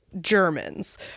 Germans